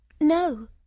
No